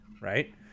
right